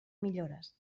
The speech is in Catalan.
millores